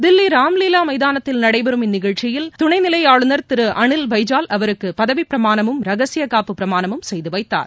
தில்லிராம்லீவாமைதானத்தில் நடைபெறும் நிகழ்ச்சியில் துணைநிலைஆளுநர் திருஅனில் பைஜால் அவருக்குபதவிப்பிரமாணமும் ரகசியகாப்பு பிராமணமும் செய்துவைத்தார்